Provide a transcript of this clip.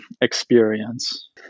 experience